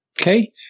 Okay